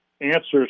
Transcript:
answers